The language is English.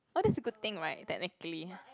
oh that's a good thing right technically